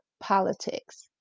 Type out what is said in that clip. politics